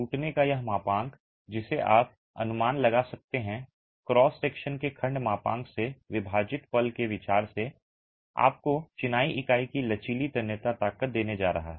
टूटने का यह मापांक जिसे आप अनुमान लगा सकते हैं क्रॉस सेक्शन के खंड मापांक से विभाजित पल के विचार से आपको चिनाई इकाई की लचीली तन्यता ताकत देने जा रहा है